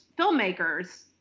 filmmakers